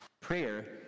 Prayer